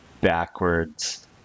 backwards